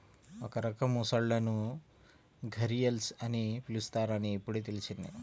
ఒక రకం మొసళ్ళను ఘరియల్స్ అని పిలుస్తారని ఇప్పుడే తెల్సింది